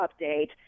update